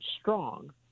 strong